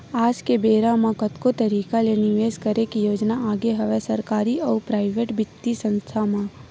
आज के बेरा म कतको तरिका ले निवेस करे के योजना आगे हवय सरकारी अउ पराइेवट बित्तीय संस्था मन म